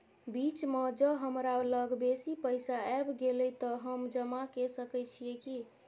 बीच म ज हमरा लग बेसी पैसा ऐब गेले त हम जमा के सके छिए की?